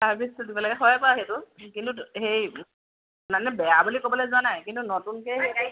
চাৰ্ভিচটো দিব লাগে হয় বাৰু সেইটো কিন্তু সেই মানে বেয়া বুলি ক'বলে যোৱা নাই কিন্তু নতুনকে সেই